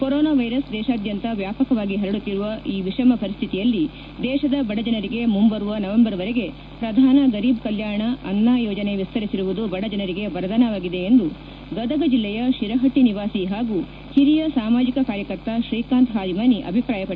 corona virus ದೇಶಾದ್ಯಂತ ವ್ಯಾಪಕವಾಗಿ ಹರಡುತ್ತಿರುವ ಈ ವಿಷಮ ಪರಿಸ್ಥಿತಿಯಲ್ಲಿ ದೇಶದ ಬಡ ಜನರಿಗೆ ಮುಂಬರುವ ನವಂಬರ್ವರೆಗೆ ಪ್ರಧಾನ ಗರೀಬ್ ಕಲ್ಕಾಣ ಅನ್ನ ಯೋಜನೆ ವಿಸ್ತಾರಿಸಿರುವುದು ಬಡ ಜನರಿಗೆ ವರದಾನವಾಗಿದೆ ಎಂದು ಗದಗ ಜಿಲ್ಲೆಯ ಶಿರಹಟ್ಟಿ ನಿವಾಸಿ ಹಾಗೂ ಹಿರಿಯ ಸಾಮಾಜಿಕ ಕಾರ್ಯಕರ್ತ ಶ್ರೀಕಾಂತ್ ಹಾದಿಮನಿ ಅಭಿಪ್ರಾಯ ಪಟ್ಟದ್ದಾರೆ